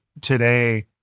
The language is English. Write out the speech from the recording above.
today